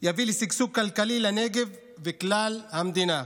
יביא לשגשוג כלכלי לנגב ולכלל המדינה.